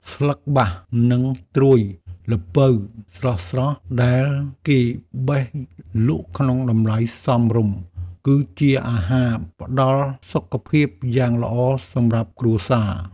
ស្លឹកបាស និងត្រួយល្ពៅស្រស់ៗដែលគេបេះលក់ក្នុងតម្លៃសមរម្យ គឺជាអាហារផ្ដល់សុខភាពយ៉ាងល្អសម្រាប់គ្រួសារ។